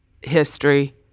history